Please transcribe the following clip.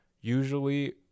Usually